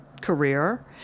career